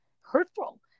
hurtful